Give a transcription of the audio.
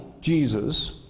Jesus